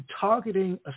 targeting